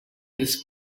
this